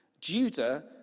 Judah